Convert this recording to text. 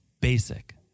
basic